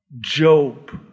Job